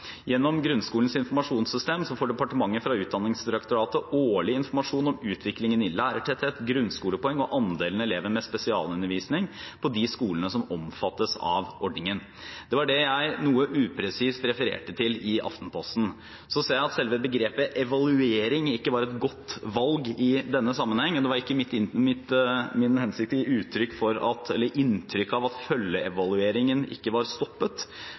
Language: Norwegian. Utdanningsdirektoratet årlig informasjon om utviklingen i lærertetthet, grunnskolepoeng og andelen elever med spesialundervisning på de skolene som omfattes av ordningen. Det var det jeg noe upresist refererte til i Aftenposten. Jeg ser at selve begrepet «evaluering» ikke var et godt valg i denne sammenhengen. Det var ikke min hensikt å gi inntrykk av at følgeevalueringen ikke var stoppet,